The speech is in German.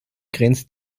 grenzt